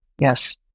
yes